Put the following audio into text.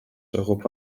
europa